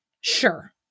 sure